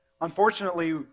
unfortunately